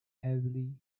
heavily